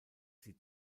sie